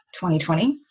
2020